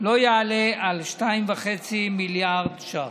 לא יעלה על 2.5 מיליארד ש"ח.